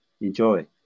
enjoy